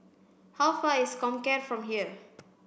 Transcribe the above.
how far is Comcare from here